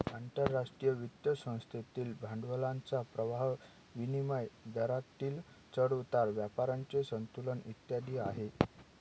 आंतरराष्ट्रीय वित्त संस्थेतील भांडवलाचा प्रवाह, विनिमय दरातील चढ उतार, व्यापाराचे संतुलन इत्यादी आहे